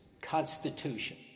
Constitution